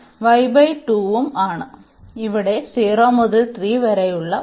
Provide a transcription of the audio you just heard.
അതിനാൽ ഇവിടെ 0 മുതൽ 3 വരെയുള്ള